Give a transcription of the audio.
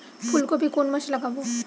ফুলকপি কোন মাসে লাগাবো?